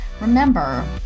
Remember